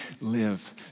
live